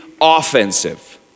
offensive